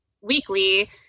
weekly